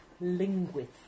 Linguist